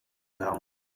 gown